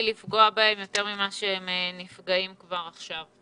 לפגוע בהם יותר מהפגיעה שהם נפגעים כבר עכשיו?